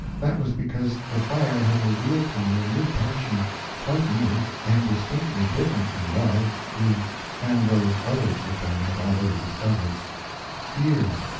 that was because the fire had revealed to me a new passion quite new, and distinctly different from love, grief, and those others which i had already discovered fear.